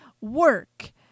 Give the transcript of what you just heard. work